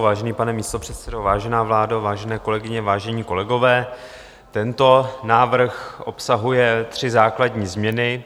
Vážený pane místopředsedo, vážená vládo, vážené kolegyně, vážení kolegové, tento návrh obsahuje tři základní změny.